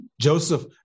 Joseph